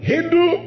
Hindu